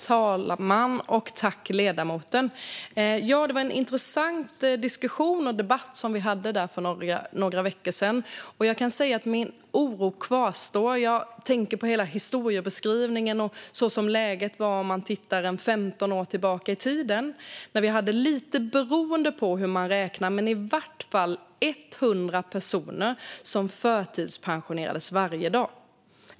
Herr talman! Ja, det var en intressant diskussion och debatt som vi hade för några veckor sedan. Jag kan säga att min oro kvarstår. Jag tänker på hela historiebeskrivningen och hur läget var en 15 år tillbaka i tiden. Då hade vi, lite beroende på hur man räknar, i vart fall 100 personer som förtidspensionerades varje dag.